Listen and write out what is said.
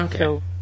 Okay